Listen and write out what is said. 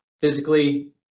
Physically